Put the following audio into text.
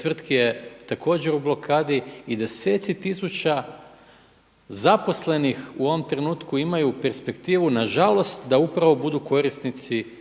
tvrtki je također u blokadi i deseci tisuća zaposlenih u ovom trenutku imaju perspektivu nažalost da upravo budu korisnici